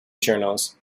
journals